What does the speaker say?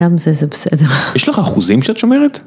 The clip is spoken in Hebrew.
גם זה, זה בסדר. יש לך אחוזים שאת שומרת?